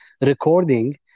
recording